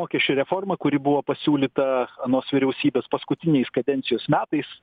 mokesčių reforma kuri buvo pasiūlyta anos vyriausybės paskutiniais kadencijos metais